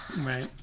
Right